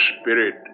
spirit